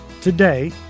today